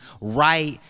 right